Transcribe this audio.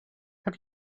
have